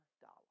dollar